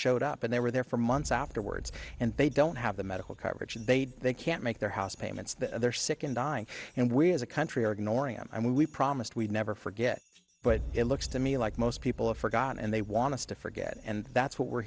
showed up and they were there for months afterwards and they don't have the medical coverage and they'd they can't make their house payments that they're sick and dying and we as a country are ignoring them and we promised we'd never forget but it looks to me like most people have forgotten and they want us to forget and that's what we're